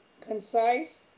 concise